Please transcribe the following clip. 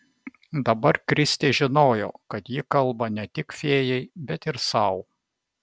dabar kristė žinojo kad ji kalba ne tik fėjai bet ir sau